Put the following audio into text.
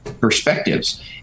perspectives